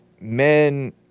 men